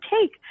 take